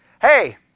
Hey